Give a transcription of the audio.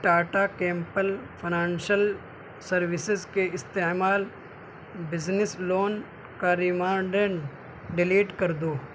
Tata capital financial services کے استعمال business loan کا ریمائینڈن ڈیلیٹ کر دو